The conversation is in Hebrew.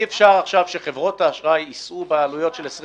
אי אפשר עכשיו שחברות האשראי יישאו בעלויות של 20